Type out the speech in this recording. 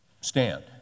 stand